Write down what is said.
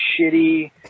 shitty